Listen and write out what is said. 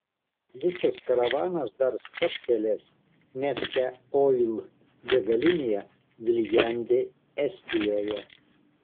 visas karavanas dar stabtelės neste oil degalinėje viljandi estijoje